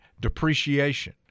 Depreciation